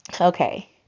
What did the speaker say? Okay